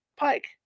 Pike